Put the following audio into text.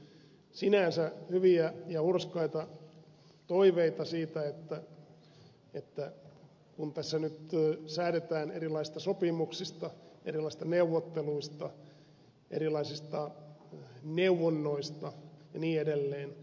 on esitetty sinänsä hyviä ja hurskaita toiveita siitä että kun tässä nyt säädetään erilaisista sopimuksista erilaisista neuvotteluista erilaisista neuvonnoista ja niin edelleen